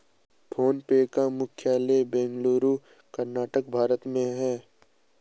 phone पे का मुख्यालय बेंगलुरु, कर्नाटक, भारत में है